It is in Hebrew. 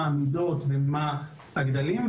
מה המידות ומה הגדלים,